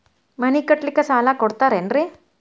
ಮನಿ ಕಟ್ಲಿಕ್ಕ ಸಾಲ ಕೊಡ್ತಾರೇನ್ರಿ?